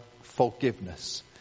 forgiveness